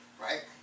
Right